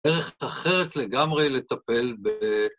דרך אחרת לגמרי לטפל ב...